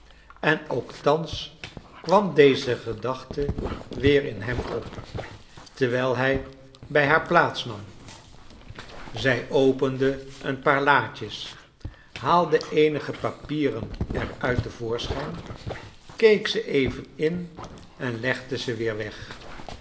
en ook thans kwam deze gedachte weer in hem op terwijl hij bij haar plaats nam zij opende een paar laadies haalde eenige papieren er uit te voorschijn keek ze even in en legde ze weer weg